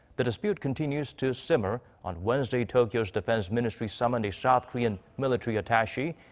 the dispute continues to simmer. on wednesday, tokyo's defense ministry summoned a south korean military attache.